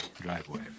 driveway